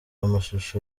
amashusho